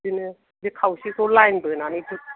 बिदिनो बे खावसेखौ लाइन बोनानै